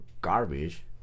garbage